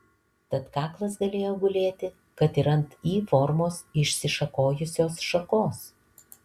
tad kaklas galėjo gulėti kad ir ant y forma išsišakojusios šakos